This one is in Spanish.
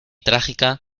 trágica